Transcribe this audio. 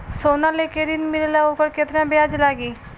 सोना लेके ऋण मिलेला वोकर केतना ब्याज लागी?